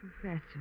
Professor